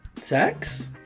sex